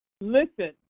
Listen